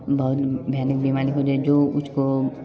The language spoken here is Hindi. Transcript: बहुत बहुत भयानक बीमारी जो उसको